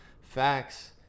facts